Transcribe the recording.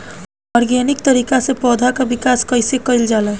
Organic तरीका से पौधा क विकास कइसे कईल जाला?